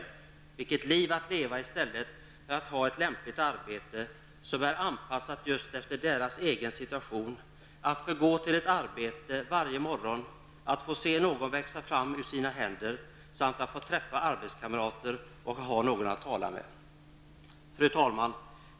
Vilket liv att leva i stället för att ha ett lämpligt arbete som är anpassat just efter ens egen situation! Tänk, att varje morgon få gå till ett arbete, att få se något växa fram ur händerna samt att få träffa arbetskamrater och att ha någon att tala med! Fru talman!